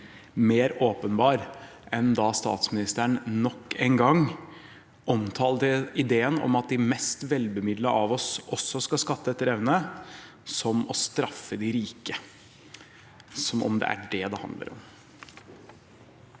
mer åpenbar enn da statsministeren nok en gang omtalte ideen om at de mest velbemidlede av oss også skal skatte etter evne, som å straffe de rike – som om det er det det handler om.